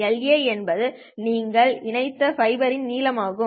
La என்பது நீங்கள் இணைத்த ஃபைபரின் நீளம் ஆகும்